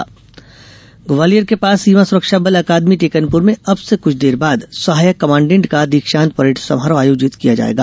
दीक्षांत समारोह ग्वालियर के पास सीमा सुरक्षा बल अकादमी टेकनपुर में अब से कुछ देर बाद सहायक कमांडेंट का दीक्षांत परेड समारोह आयोजित की जायेगी